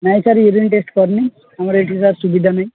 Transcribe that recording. ନାଇଁ sir urine test କରିନି ଆମର ଏଇଠି ସାର୍ ସୁବିଧା ନାହିଁ